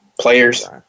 players